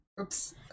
Oops